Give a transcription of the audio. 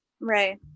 right